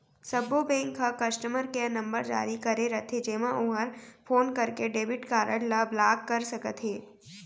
सब्बो बेंक ह customer care number जारी करे रथे जेमा ओहर फोन करके डेबिट कारड ल ब्लाक कर सकत हे